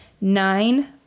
Nine